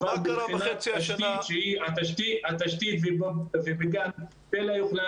מבחינת תשתית שהיא התשתית - ובלה יכולה